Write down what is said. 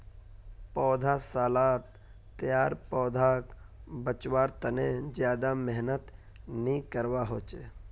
पौधसालात तैयार पौधाक बच्वार तने ज्यादा मेहनत नि करवा होचे